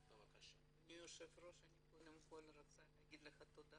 אדוני היושב ראש, אני קודם כל רוצה להגיד לך תודה